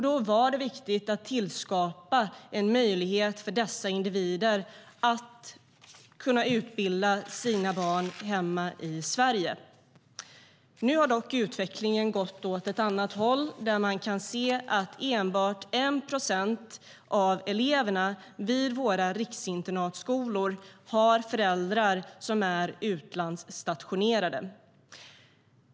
Då var det viktigt att tillskapa en möjlighet för dessa individer att låta sina barn utbildas hemma i Sverige. Nu har dock utvecklingen gått åt ett annat håll, där man kan se att enbart 1 procent av eleverna vid våra riksinternatskolor har föräldrar som är utlandsstationerade.